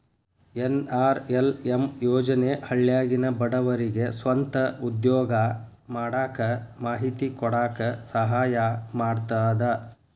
NRLM ಯೋಜನೆ ಹಳ್ಳ್ಯಾಗಿನ ಬಡವರಿಗೆ ಸ್ವಂತ ಉದ್ಯೋಗಾ ಮಾಡಾಕ ಮಾಹಿತಿ ಕೊಡಾಕ ಸಹಾಯಾ ಮಾಡ್ತದ